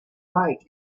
bike